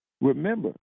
Remember